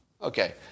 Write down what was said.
okay